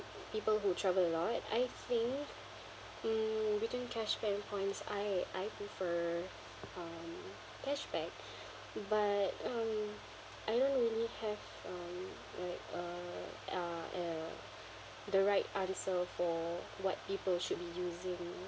people who travel a lot I think mm between cashback and points I I prefer um cashback but um I don't really have um like a uh a the right answer for what people should be using